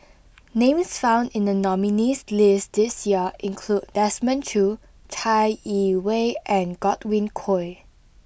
names found in the nominees' list this year include Desmond Choo Chai Yee Wei and Godwin Koay